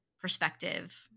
perspective